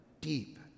deep